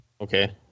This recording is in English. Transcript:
Okay